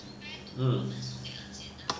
hmm